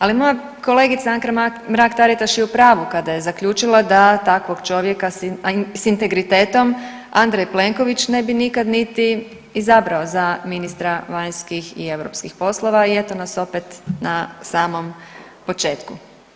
Ali moja kolegica Anka Mrak Taritaš je u pravu kada je zaključila da takvog čovjeka s integritetom Andrej Plenković ne bi nikad niti izabrao za ministra vanjskih i europskih poslova i eto nas opet na samom početku.